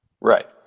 right